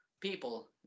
people